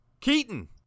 Keaton